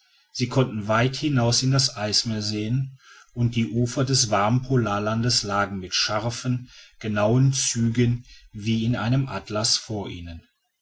sie konnten weit hinaus in das eismeer sehen und die ufer des warmen polarlandes lagen mit scharfen genauen zügen wie in einem atlas vor ihnen